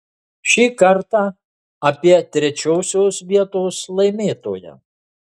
šį kartą apie trečiosios vietos laimėtoją